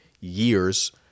years